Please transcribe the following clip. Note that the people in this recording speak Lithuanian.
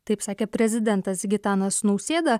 taip sakė prezidentas gitanas nausėda